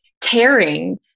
tearing